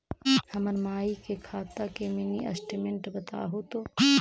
हमर माई के खाता के मीनी स्टेटमेंट बतहु तो?